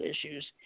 issues